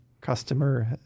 customer